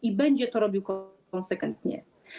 I będzie to robił konsekwentnie.